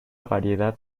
variedad